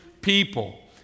people